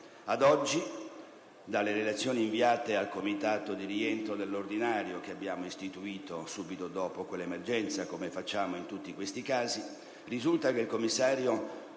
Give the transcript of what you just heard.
Ad oggi, dalle relazioni inviate al Comitato di rientro nell'ordinario, che abbiamo istituito subito dopo quell'emergenza come facciamo in questi tutti casi, risulta che il commissario